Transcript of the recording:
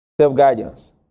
Self-guidance